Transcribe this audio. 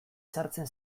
sartzen